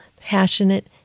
passionate